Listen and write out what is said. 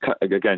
again